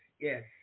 yes